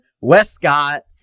Westcott